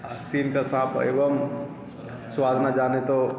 आस्तीन का साँप एवं स्वाद ना जाने तो